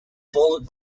followed